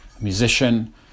musician